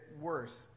worse